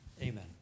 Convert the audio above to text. Amen